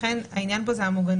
לכן העניין כאן הוא המוגנות.